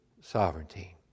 sovereignty